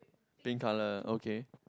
pink colour okay